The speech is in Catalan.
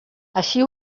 així